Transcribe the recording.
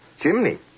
Chimney